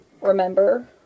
remember